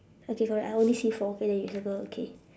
okay correct I only see four okay then you circle okay